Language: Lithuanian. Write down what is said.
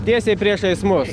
tiesiai priešais mus